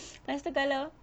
pastu kalau